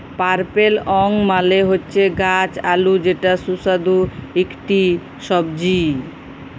purple yam মালে হচ্যে গাছ আলু যেটা সুস্বাদু ইকটি সবজি